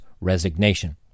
resignation